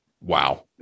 wow